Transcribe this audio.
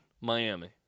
Miami